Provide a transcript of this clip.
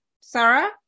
Sarah